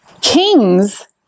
Kings